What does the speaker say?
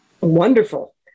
wonderful